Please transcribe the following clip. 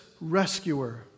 rescuer